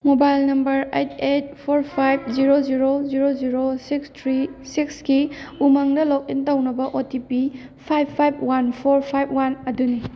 mobile number eight eight four five zero zero zero zero six three ꯁꯤꯛꯁꯀꯤ ꯎꯃꯪꯗ log in ꯇꯧꯅꯕ O T P five five one four five one ꯑꯗꯨꯅꯤ